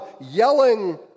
yelling